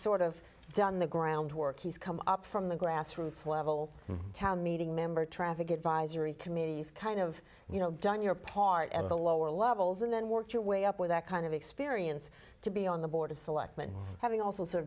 sort of done the groundwork he's come up from the grassroots level town meeting member traffic advisory committees kind of you know done your part at the lower levels and then work your way up with that kind of experience to be on the board of selectmen having also